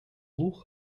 луг